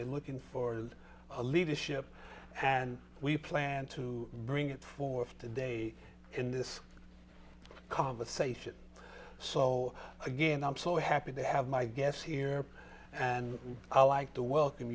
they're looking for leadership and we plan to bring it forth today in this conversation so again i'm so happy to have my guests here and i like to welcome